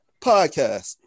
podcast